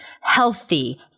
healthy